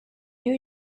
new